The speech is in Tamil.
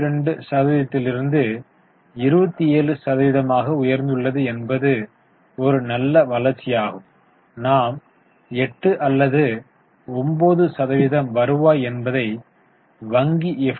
22 சதவீதத்திலிருந்து 27 சதவீதமாக உயர்ந்துள்ளது என்பது ஒரு நல்ல வளர்ச்சியாகும் நாம் 8 அல்லது 9 சதவிகிதம் வருவாய் என்பதை வங்கி எஃப்